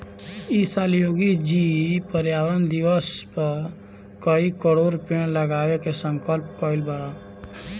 इ साल योगी जी पर्यावरण दिवस पअ कई करोड़ पेड़ लगावे के संकल्प कइले बानअ